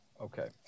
okay